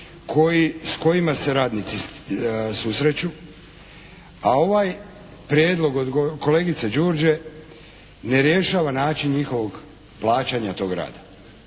s kojima se radnici susreću, a ovaj prijedlog od kolegice Đurđe ne rješava način njihovog plaćanja tog rada.